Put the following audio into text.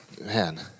man